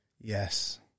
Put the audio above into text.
yes